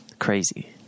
crazy